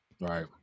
right